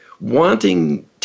wanting